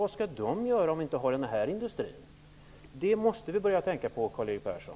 Vad skall de göra om inte den industrin finns? Vi måste börja tänka på detta, Karl-Erik Persson.